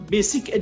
Basic